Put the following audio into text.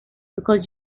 because